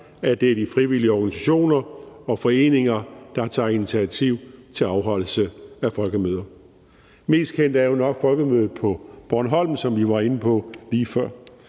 at det er de frivillige organisationer og foreninger, der tager initiativ til afholdelse af folkemøder. Mest kendt er jo nok Folkemødet på Bornholm, som vi var inde på lige før,